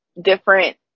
different